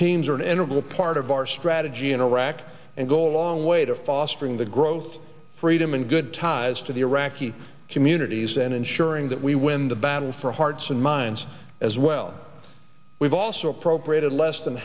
integral part of our strategy in iraq and go a long way to fostering the growth freedom and good ties to the iraqi communities and ensuring that we win the battle for hearts and minds as well we've also appropriated less than